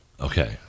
Okay